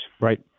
Right